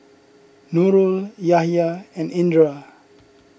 Nurul Yahya and Indra